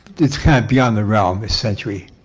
it's kind of beyond the realm, this century.